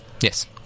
Yes